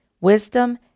Wisdom